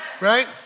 Right